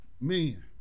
man